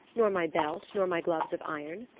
nor my belt, nor my gloves of iron?